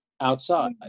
outside